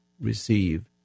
receive